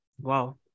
Wow